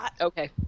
okay